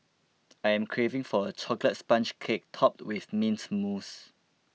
I am craving for a Chocolate Sponge Cake Topped with Mint Mousse